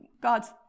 God's